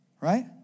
right